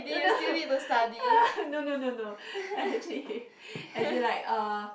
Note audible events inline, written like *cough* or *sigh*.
no no *laughs* no no no no actually *laughs* as in like uh